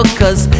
cause